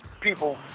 people